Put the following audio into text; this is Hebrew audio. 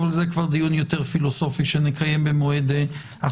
אבל זה כבר דיון יותר פילוסופי שנקיים במועד אחר.